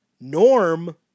Norm